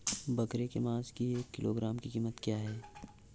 बकरे के मांस की एक किलोग्राम की कीमत क्या है?